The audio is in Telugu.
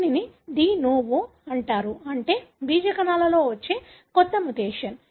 దీనిని డి నోవో అంటారు అంటే బీజ కణాలలో వచ్చే కొత్త మ్యుటేషన్